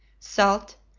salt,